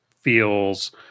feels